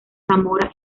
zamora